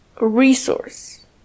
resource